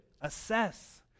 assess